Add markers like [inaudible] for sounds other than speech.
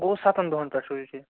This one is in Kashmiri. گوٚو سَتَن دۄہَن پٮ۪ٹھ [unintelligible]